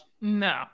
No